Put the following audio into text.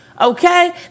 okay